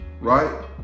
Right